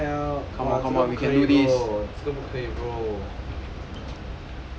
what the hell 这个不可以 bro 这个不可以 bro